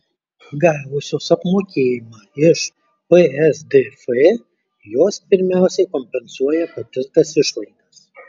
gavusios apmokėjimą iš psdf jos pirmiausia kompensuoja patirtas išlaidas